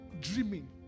dreaming